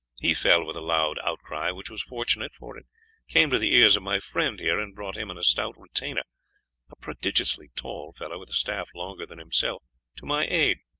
he fell with a loud outcry, which was fortunate, for it came to the ears of my friend here, and brought him and a stout retainer a prodigiously tall fellow, with a staff longer than himself to my aid.